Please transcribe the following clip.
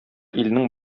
илнең